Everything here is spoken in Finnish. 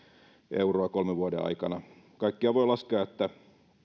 euroa kaikkiaan voi laskea että